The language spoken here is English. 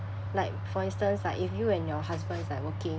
like for instance like if you and your husband's like working